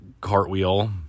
cartwheel